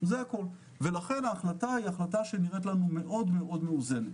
לכן ההחלטה נראית לנו מאוד מאוזנת.